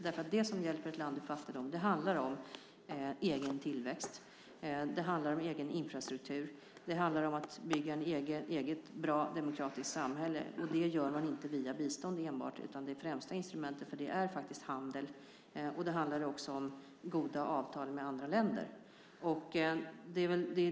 Det som hjälper ett land ur fattigdom handlar om egen tillväxt och egen infrastruktur, det handlar om att bygga ett eget bra och demokratiskt samhälle, och det gör man inte via bistånd enbart. Det främsta instrumentet för det är faktiskt handel. Det handlar också om goda avtal med andra länder.